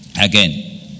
Again